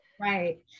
Right